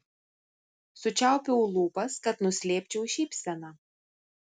sučiaupiau lūpas kad nuslėpčiau šypseną